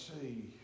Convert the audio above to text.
see